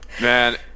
Man